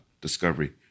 discovery